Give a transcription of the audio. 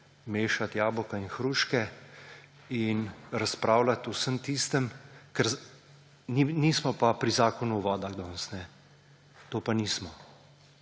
mešati jabolka in hruške in razpravljati o vsem tistem. Nismo pa pri Zakonu o vodah danes, to pa nismo,